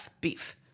Beef